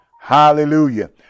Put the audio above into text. hallelujah